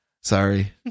Sorry